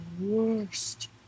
worst